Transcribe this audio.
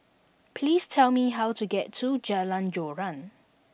please tell me how to get to Jalan Joran